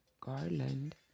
Garland